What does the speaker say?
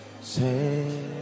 Say